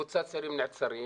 קבוצת צעירים נעצרים,